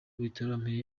bitaro